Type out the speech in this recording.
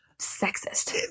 sexist